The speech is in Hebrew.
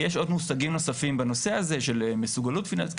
יש עוד מושגים נוספים בנושא הזה של מסוגלות פיננסית,